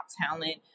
talent